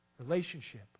relationship